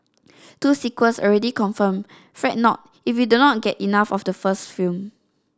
two sequels already confirmed Fret not if you do not get enough of the first film